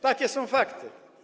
Takie są fakty.